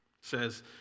says